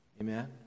Amen